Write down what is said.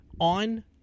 on